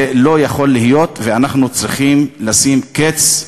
זה לא יכול להיות, ואנחנו צריכים לשים לזה קץ.